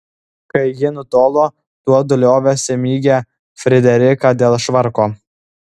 kai ji nutolo tuodu liovėsi mygę frideriką dėl švarko